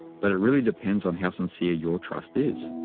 but it really depends on how sincere your trust is.